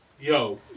yo